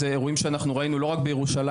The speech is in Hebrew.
אלה אירועים שאנחנו ראינו לא רק בירושלים.